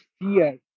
fear